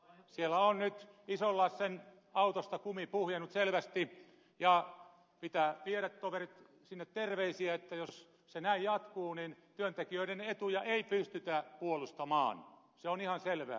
siellä on nyt ison lassen autosta kumi puhjennut selvästi ja pitää toverit viedä sinne terveisiä että jos se näin jatkuu niin työntekijöiden etuja ei pystytä puolustamaan se on ihan selvää